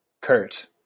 Kurt